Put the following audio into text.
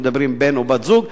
מדברים על בן או בת זוג,